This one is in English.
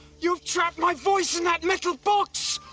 you've trapped my voice in that metal box.